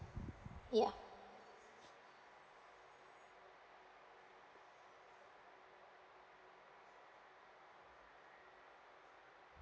ya